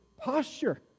posture